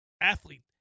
Athlete